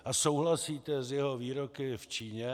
A souhlasíte s jeho výroky v Číně?